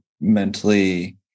mentally